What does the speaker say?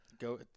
go